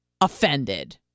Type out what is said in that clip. offended